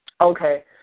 Okay